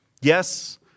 Yes